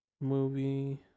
Movie